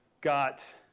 got,